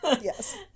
Yes